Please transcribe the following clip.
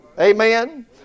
Amen